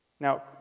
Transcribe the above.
Now